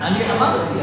אמרתי,